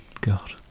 god